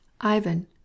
Ivan